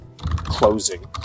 closing